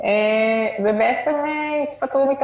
אפשר --- מישהו